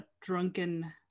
drunken